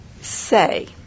say